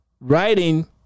writing